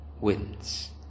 wins